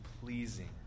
pleasing